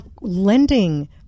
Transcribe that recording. lending